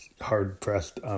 hard-pressed